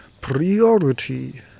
Priority